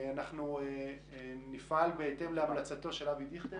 אנחנו נפעל בהתאם להמלצתו של אבי דיכטר.